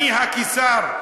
אני הקיסר.